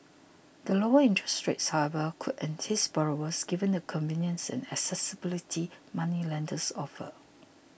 the lower interests rates however could entice borrowers given the convenience and accessibility moneylenders offer